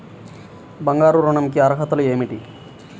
బంగారు ఋణం కి అర్హతలు ఏమిటీ?